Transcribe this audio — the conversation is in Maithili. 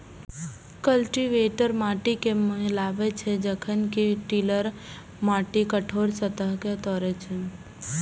कल्टीवेटर माटि कें मिलाबै छै, जखन कि टिलर माटिक कठोर सतह कें तोड़ै छै